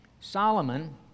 Solomon